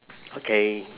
okay